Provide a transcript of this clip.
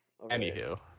Anywho